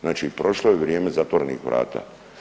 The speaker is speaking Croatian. Znači prošlo je vrijeme zatvorenih vrata.